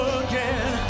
again